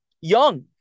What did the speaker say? Young